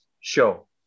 show